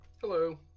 Hello